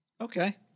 Okay